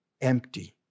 empty